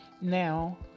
Now